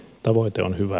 tavoite on hyvä